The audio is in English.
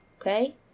Okay